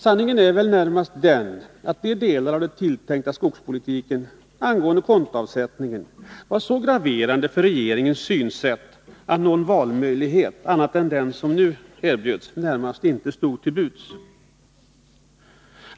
Sanningen är väl närmast den att de delar av den tilltänkta skogspolitiken som gällde kontoavsättning var så graverande för regeringens synsätt att någon valmöjlighet, annat än den som nu erbjöds, närmast inte stod till buds.